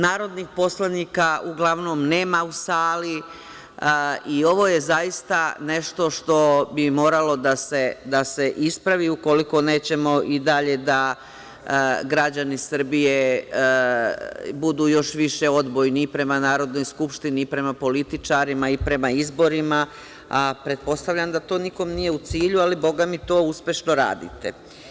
Narodnih poslanika uglavnom nema u sali i ovo je zaista nešto što bi moralo da se ispravi ukoliko nećemo i dalje da građani Srbije budu još više odbojni i prema Narodnoj skupštini i prema političarima i prema izborima, a pretpostavljam da to nikome nije u cilju, a bogami vi to uspešno radite.